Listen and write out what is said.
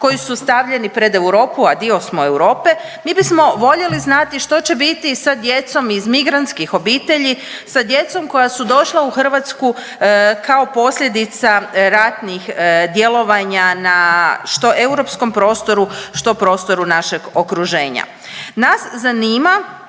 koji su stavljeni pred Europu, a dio smo Europe, mi bismo voljeli znati što će biti sa djecom iz migrantskih obitelji, sa djecom koja su došla u Hrvatsku kao posljedica ratnih djelovanja na što europskom prostoru, što prostoru našeg okruženja. Nas zanima